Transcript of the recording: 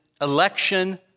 election